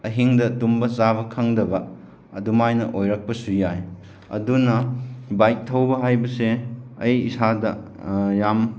ꯑꯍꯤꯡꯗ ꯇꯨꯝꯕ ꯆꯥꯕ ꯈꯪꯗꯕ ꯑꯗꯨꯃꯥꯏꯅ ꯑꯣꯏꯔꯛꯄꯁꯨ ꯌꯥꯏ ꯑꯗꯨꯅ ꯕꯥꯏꯛ ꯊꯧꯕ ꯍꯥꯏꯕꯁꯦ ꯑꯩ ꯏꯁꯥꯗ ꯌꯥꯝ